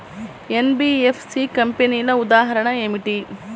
NBFC కంపెనీల ఉదాహరణ ఏమిటి?